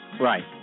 Right